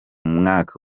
mwaka